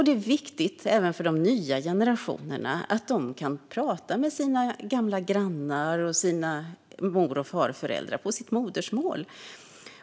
Det är viktigt även för de nya generationerna att de kan prata med gamla grannar och sina mor och farföräldrar på deras modersmål.